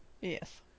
Yes